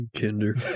Kinder